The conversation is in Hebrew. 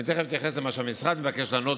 אני תכף אתייחס למה שהמשרד מבקש לענות